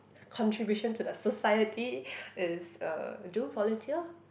contribution to the society is uh do volunteer